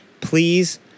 please